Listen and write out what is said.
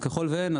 ככל ואין,